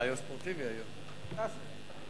אדוני היושב-ראש, חברי הכנסת,